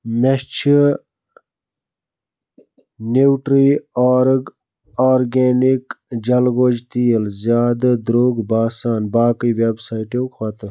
مےٚ چھِ نیوٗٹرٛی آرگ آرگینِک جَلہٕ گوجہِ تیٖل زیادٕ درٛوگ باسان باقٕے ویبسیاٹو کھۄتہٕ